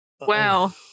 Wow